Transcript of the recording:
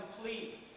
complete